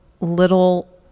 little